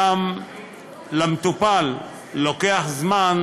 גם למטופל לוקח זמן